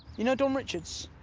you know dom richards?